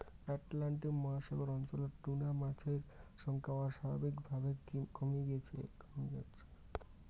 Atlantic মহাসাগর অঞ্চলত tuna মাছের সংখ্যা অস্বাভাবিকভাবে কমি আসছে